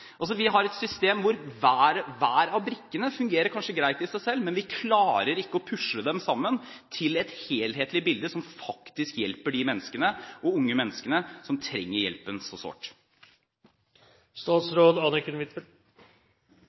Vi har et system hvor hver av brikkene kanskje fungerer greit i seg selv, men vi klarer ikke å pusle dem sammen til et helhetlig bilde som faktisk hjelper de menneskene – og unge menneskene – som trenger hjelpen så